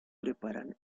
preparan